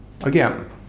again